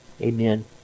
Amen